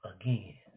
again